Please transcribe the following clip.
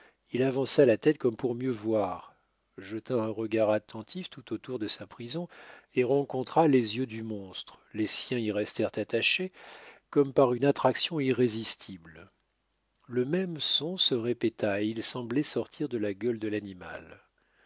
il avança la tête comme pour mieux voir jeta un regard attentif tout autour de sa prison et rencontrant les yeux du monstre les siens y restèrent attachés comme par une attraction irrésistible le même son se répéta et il semblait sortir de la gueule de l'animal